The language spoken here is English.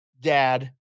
dad